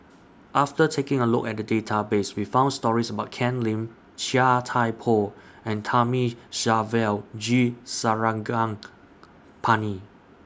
after taking A Look At The Database We found stories about Ken Lim Chia Thye Poh and Thamizhavel G Sarangapani